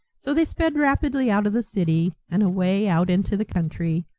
so they sped rapidly out of the city and away out into the country,